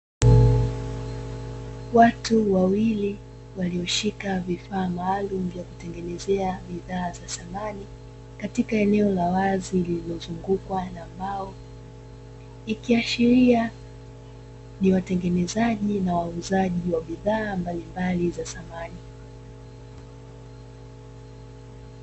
Watu wawili walioshika vifaa maalumu vya kutengenezea bidhaa za samani katika eneo la wazi, lililozungukwa na mbao ikiashiria ni watengenezaji na wauzaji wa bidhaa mbalimbali za samani.